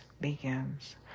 begins